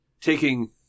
taking